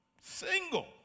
Single